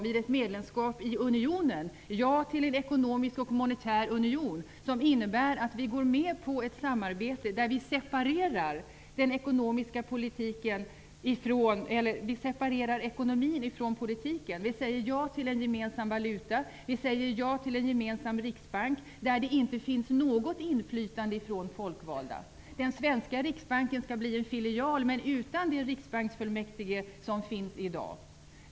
Vid ett medlemskap i unionen säger vi dessutom ja till en ekonomisk och monetär union, som innebär att vi går med på ett samarbete där vi separerar ekonomin från politiken: Vi säger ja till en gemensam valuta, vi säger ja till en gemensam riksbank, där det inte finns något inflytande från folkvalda. Den svenska Riksbanken skall bli en filial, men utan det Riksbanksfullmäktige som finns i dag.